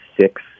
six